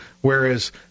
Whereas